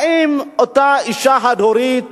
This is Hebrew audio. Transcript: האם אותה אשה חד-הורית